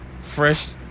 fresh